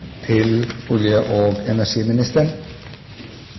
til stede, og